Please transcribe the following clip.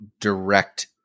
direct